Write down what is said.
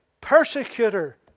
persecutor